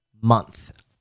month